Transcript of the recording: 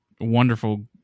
wonderful